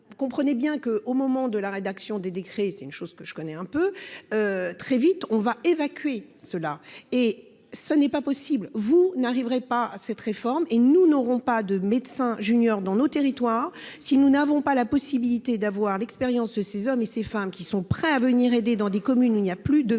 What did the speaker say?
on comprenait bien que, au moment de la rédaction des décrets et c'est une chose que je connais un peu, très vite on va évacuer ceux-là et ce n'est pas possible, vous n'arriverez pas cette réforme et nous n'aurons pas de médecin junior dans nos territoires, si nous n'avons pas la possibilité d'avoir l'expérience de ces hommes et ces femmes qui sont prêts à venir aider dans des communes, il n'y a plus de médecin,